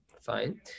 Fine